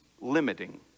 limiting